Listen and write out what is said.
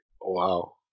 Wow